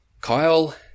Kyle